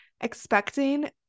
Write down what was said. expecting